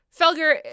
Felger